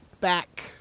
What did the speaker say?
back